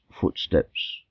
footsteps